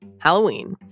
Halloween